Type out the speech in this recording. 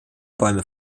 bäume